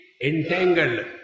entangled